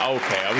okay